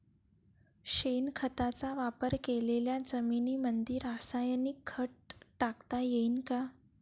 शेणखताचा वापर केलेल्या जमीनीमंदी रासायनिक खत टाकता येईन का?